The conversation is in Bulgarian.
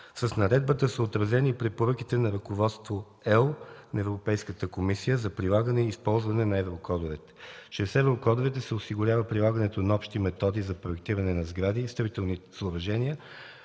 С наредбата са отразени препоръките на Ръководство L на Европейската комисия за прилагане и използване на еврокодовете. Чрез еврокодовете се осигурява прилагането на общи методи за проектиране на сгради и строителни съоръжения,